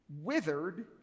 withered